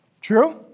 True